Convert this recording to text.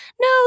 No